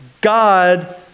God